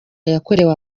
yakorewe